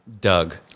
Doug